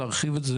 נשאל את המומחים.